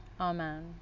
Amen